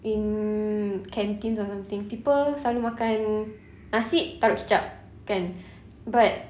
in canteens or something people selalu makan nasi taruk kicap kan but